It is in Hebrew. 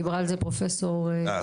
דיברה על זה פרופסור וייל.